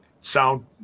sound